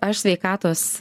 aš sveikatos